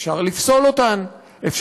עבודת כפייה או סחר